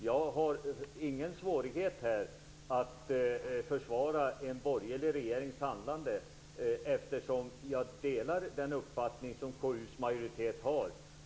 Jag har ingen svårighet att försvara en borgerlig regerings handlande i det här fallet, eftersom jag delar den uppfattning som KU:s majoritet har.